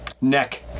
Neck